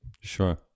Sure